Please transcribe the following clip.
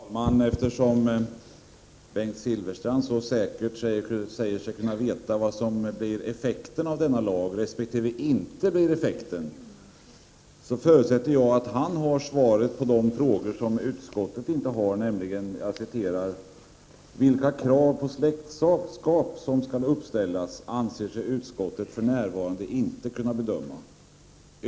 Herr talman! Eftersom Bengt Silfverstrand så säkert säger sig kunna veta vad som blir effekten av denna lag resp. inte blir effekten, förutsätter jag att han har svaret på de frågor utskottet inte kan besvara, nämligen: ”Vilka krav på släktskap som skall uppställas anser sig utskottet för närvarande inte kunna bedöma.